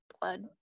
blood